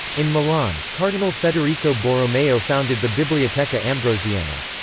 in milan, cardinal federico borromeo founded the biblioteca ambrosiana.